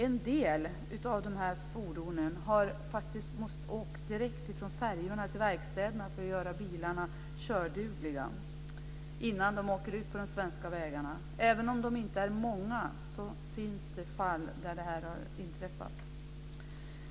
En del måste åka direkt från färjorna till verkstäder för att göra bilarna kördugliga innan de åker ut på de svenska vägarna. Även om de inte är många finns det fall där detta har inträffat.